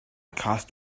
cost